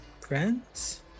friends